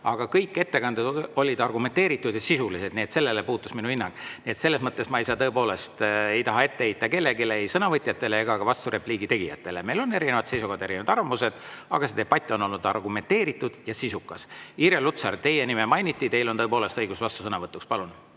aga kõik ettekanded olid argumenteeritud ja sisulised. Sellest lähtus minu hinnang. Selles mõttes ma tõepoolest ei taha [midagi] ette heita kellelegi – ei sõnavõtjatele ega ka vasturepliigi tegijatele. Meil on erinevad seisukohad, erinevad arvamused, aga see debatt on olnud argumenteeritud ja sisukas. Irja Lutsar, teie nime mainiti, teil on tõepoolest õigus vastusõnavõtuks. Palun!